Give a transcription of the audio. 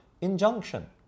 injunction